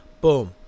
boom